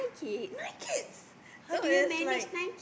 nine kids so it's like